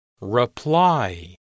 reply